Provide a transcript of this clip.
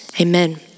Amen